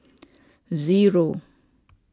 zero